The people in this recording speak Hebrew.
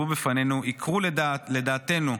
עיקרו לדעתנו,